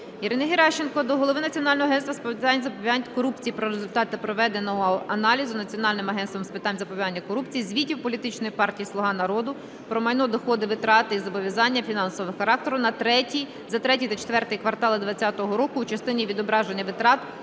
Ірини Геращенко до Голови Національного агентства з питань запобігання корупції про результати проведеного аналізу Національним агентством з питань запобігання корупції звітів політичної партії "Слуга Народу" про майно, доходи, витрати і зобов'язання фінансового характеру за ІІІ та IV квартали 20-го року у частині відображення витрат